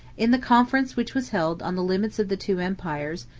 in the conference which was held on the limits of the two empires,